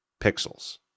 pixels